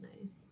nice